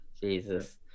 jesus